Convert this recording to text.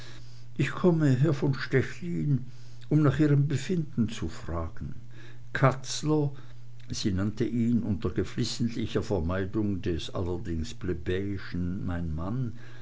ich komme herr von stechlin um nach ihrem befinden zu fragen katzler sie nannte ihn unter geflissentlichster vermeidung des allerdings plebejen mein mann